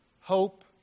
hope